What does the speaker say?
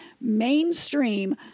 mainstream